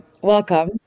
welcome